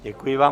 Děkuji vám.